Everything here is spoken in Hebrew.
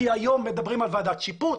היום מדברים על ועדת שיפוט,